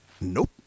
Nope